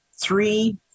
three